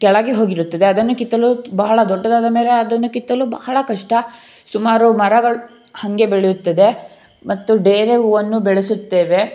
ಕೆಳಗೆ ಹೋಗಿರುತ್ತದೆ ಅದನ್ನು ಕಿತ್ತಲು ಬಹಳ ದೊಡ್ಡದಾದ ಮೇಲೆ ಅದನ್ನು ಕಿತ್ತಲು ಬಹಳ ಕಷ್ಟ ಸುಮಾರು ಮರಗಳು ಹಾಗೆ ಬೆಳೆಯುತ್ತದೆ ಮತ್ತು ಡೇರೆ ಹೂವನ್ನು ಬೆಳೆಸುತ್ತೇವೆ